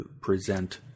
present